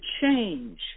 change